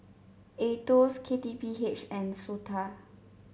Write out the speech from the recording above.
Aetos K T P H and SOTA